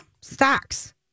Stocks